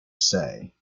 say